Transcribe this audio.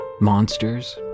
Monsters